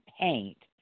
paint